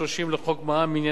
עניינם עסקאות יצוא,